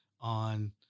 on